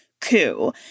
coup